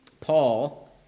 Paul